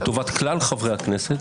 לטובת כלל חברי הכנסת,